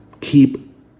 Keep